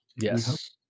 Yes